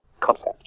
concept